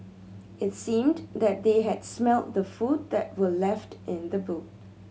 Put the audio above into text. it seemed that they had smelt the food that were left in the boot